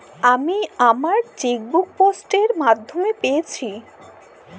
আমি আমার chequebook post এর মাধ্যমে পেয়েছি